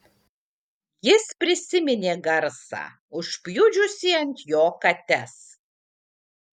jis prisiminė garsą užpjudžiusį ant jo kates